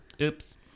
Oops